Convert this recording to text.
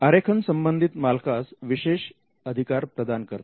आरेखन संबंधित मालकास विशेष अधिकार प्रदान करते